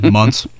months